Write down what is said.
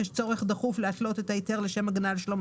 החלה לעניין נהג רכב מנועי או נהיגה של רכב כאמור,